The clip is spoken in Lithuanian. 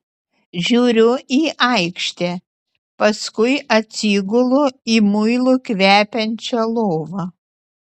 žiūriu į aikštę paskui atsigulu į muilu kvepiančią lovą